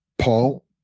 Paul